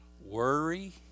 Worry